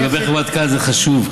לגבי חברת Cal זה חשוב,